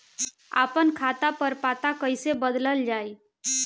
आपन खाता पर पता कईसे बदलल जाई?